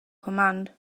command